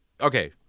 okay